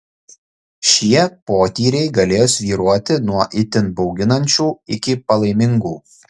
šie potyriai galėjo svyruoti nuo itin bauginančių iki palaimingų